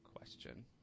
Question